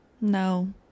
no